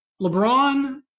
LeBron